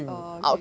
err okay